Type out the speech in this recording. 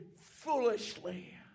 foolishly